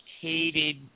hated